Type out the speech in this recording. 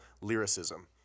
lyricism